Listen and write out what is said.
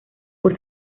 por